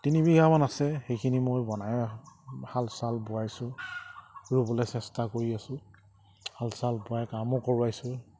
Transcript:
তিনিবিঘামান আছে সেইখিনি মই বনাই হাল চাল বোৱাইছোঁ ৰুবলে চেষ্টা কৰি আছোঁ হাল চাল বোৱাই কামো কৰোৱাইছোঁ